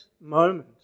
moment